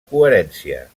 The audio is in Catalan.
coherència